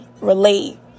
relate